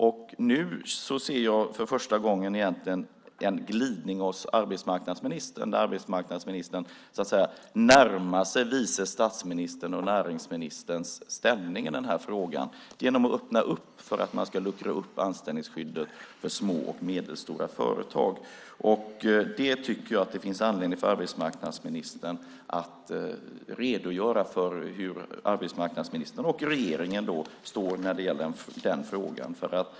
Nu ser jag egentligen för första gången en glidning hos arbetsmarknadsministern, där han närmar sig vice statsministerns och näringsministerns ställningstagande i frågan genom att öppna för att luckra upp anställningsskyddet för små och medelstora företag. Jag tycker att det finns anledning för arbetsmarknadsministern att redogöra för var arbetsmarknadsministern och regeringen står i den frågan.